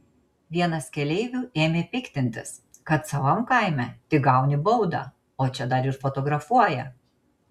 vienas keleivių ėmė piktintis kad savam kaime tik gauni baudą o čia dar ir fotografuoja